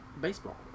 baseball